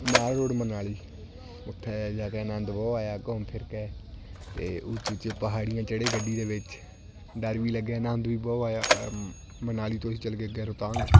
ਮਾਲ Road Manali ਉੱਥੇ ਜਾ ਅਨੰਦ ਬਹੁਤ ਆਇਆ ਘੁੰਮ ਫਿਰ ਕੇ ਅਤੇ ਉੱਚੇ ਉੱਚੇ ਪਹਾੜੀਆਂ ਚੜ੍ਹੇ ਗੱਡੀ ਦੇ ਵਿੱਚ ਡਰ ਵੀ ਲੱਗਿਆ ਅਨੰਦ ਵੀ ਬਹੁਤ ਆਇਆ ਮਨਾਲੀ ਤੋਂ ਅਸੀਂ ਚੱਲ ਗਏ ਅੱਗੇ ਹੋਰਤਾਂਗ